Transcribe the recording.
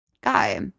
guy